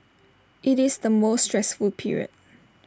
IT is the most stressful period